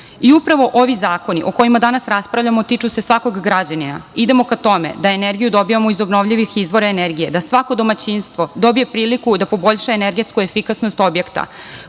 i upravo ovi zakoni o kojima danas raspravljamo tiču se svakog građanina i idemo ka tome da energiju dobijamo iz obnovljivih izvora energije i da svako domaćinstvo dobije priliku da poboljša energetsku efikasnost objekta,